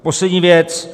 Poslední věc.